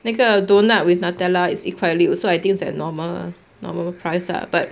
那个 doughnut with nutella is 一块六 so I think it's like normal normal price lah but